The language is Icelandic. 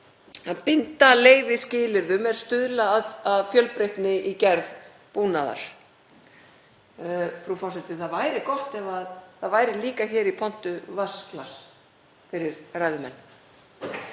að binda leyfið skilyrðum er stuðla að fjölbreytni í gerð búnaðar. — Frú forseti. Það væri gott ef það væri líka hér í pontu vatnsglas fyrir ræðumenn.